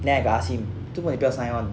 then I got asked him 做么你不要 sign on